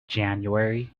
january